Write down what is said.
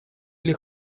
или